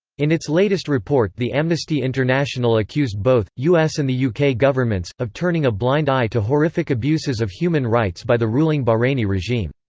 in its latest report the amnesty international accused both, us and the yeah uk governments, of turning a blind eye to horrific abuses of human rights by the ruling bahraini regime.